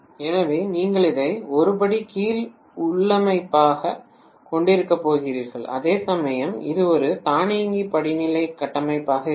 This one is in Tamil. எனவே நீங்கள் இதை ஒரு படி கீழ் உள்ளமைவாகக் கொண்டிருக்கப் போகிறீர்கள் அதேசமயம் இது ஒரு தானியங்கி படிநிலை கட்டமைப்பாக இருக்கும்